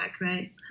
right